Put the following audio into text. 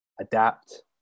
adapt